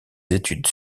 études